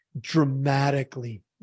dramatically